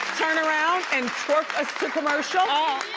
turn around and twerk us to commercial.